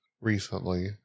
recently